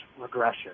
regression